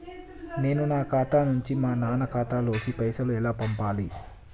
నేను నా ఖాతా నుంచి మా నాన్న ఖాతా లోకి పైసలు ఎలా పంపాలి?